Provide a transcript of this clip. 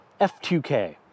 F2K